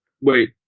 Wait